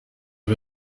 ngo